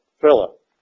Philip